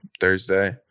Thursday –